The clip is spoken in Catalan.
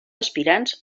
aspirants